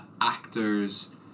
actors